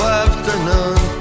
afternoon